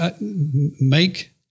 make